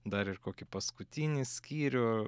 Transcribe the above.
dar ir kokį paskutinį skyrių